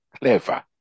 clever